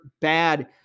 bad